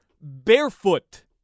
barefoot